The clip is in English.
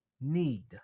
need